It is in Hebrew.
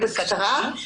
בבקשה, תסכמי.